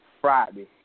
Friday